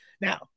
Now